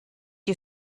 you